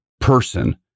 person